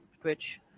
Twitch